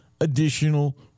additional